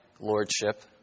lordship